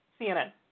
CNN